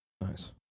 Nice